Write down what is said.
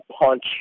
punch